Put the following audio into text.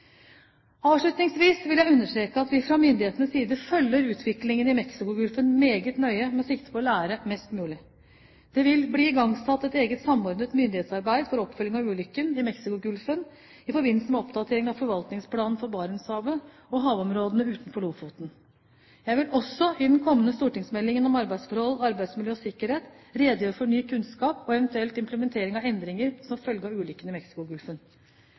Avslutningsvis vil jeg understreke at vi fra myndighetenes side følger utviklingen i Mexicogolfen meget nøye med sikte på å lære mest mulig. Det vil bli igangsatt et eget samordnet myndighetsarbeid for oppfølging av ulykken i Mexicogolfen i forbindelse med oppdatering av forvaltningsplanen for Barentshavet og havområdene utenfor Lofoten. Jeg vil også i den kommende stortingsmeldingen om arbeidsforhold, arbeidsmiljø og sikkerhet redegjøre for ny kunnskap og eventuell implementering av endringer som følge av ulykken